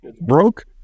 broke